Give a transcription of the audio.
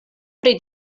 pri